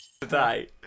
today